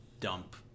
dump